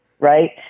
right